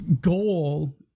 goal